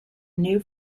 new